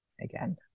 again